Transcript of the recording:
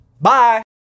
bye